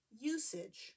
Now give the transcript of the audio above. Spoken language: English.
usage